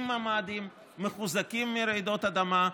עם ממ"דים מחוזקים מרעידות אדמה,